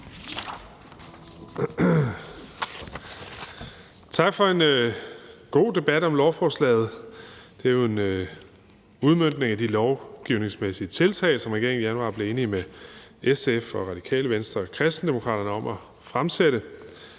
tak for en god debat om lovforslaget, som jo er en udmøntning af de lovgivningsmæssige tiltag, som regeringen i januar blev enig med SF, Radikale Venstre og Kristendemokraterne om at fremsætte.